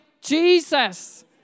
Jesus